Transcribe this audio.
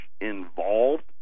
involved